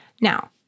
Now